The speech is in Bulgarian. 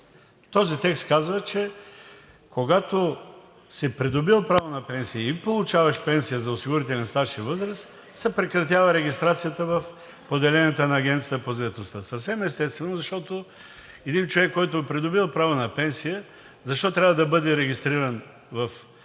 Този текст казва, че когато си придобил право на пенсия и получаваш пенсия за осигурителен стаж и възраст, се прекратява регистрацията в поделенията на Агенцията по заетостта. Съвсем естествено е, защото един човек, който е придобил право на пенсия, защо трябва да бъде регистриран в поделенията